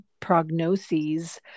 prognoses